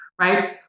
Right